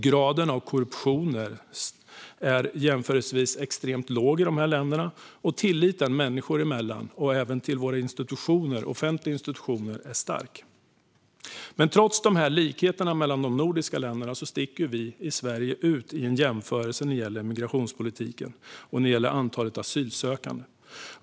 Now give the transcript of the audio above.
Graden av korruption är jämförelsevis extremt låg i dessa länder, och tilliten människor emellan och till offentliga institutioner är stark. Men trots likheterna mellan de nordiska länderna sticker Sverige ut i en jämförelse som gäller migrationspolitiken och antalet asylsökande.